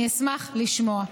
אני אשמח לשמוע.